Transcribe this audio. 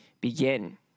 begin